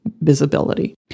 visibility